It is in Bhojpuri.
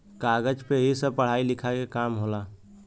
कागज पे ही सब पढ़ाई लिखाई के काम होला